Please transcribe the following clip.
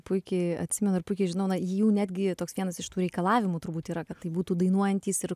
puikiai atsimenu ir puikiai žinau na jų netgi toks vienas iš tų reikalavimų turbūt yra kad tai būtų dainuojantys ir